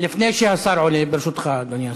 לפני שהשר עולה, ברשותך, אדוני השר,